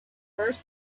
first